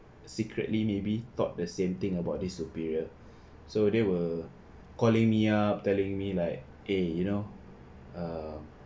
secretly maybe thought the same thing about this superior so they were calling me up telling me like eh you know